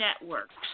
networks